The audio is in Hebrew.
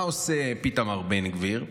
מה עושה פיתמר בן גביר?